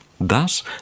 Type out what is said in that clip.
Thus